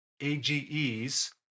AGEs